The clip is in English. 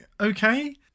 okay